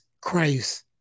Christ